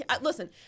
listen